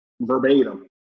verbatim